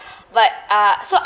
but uh so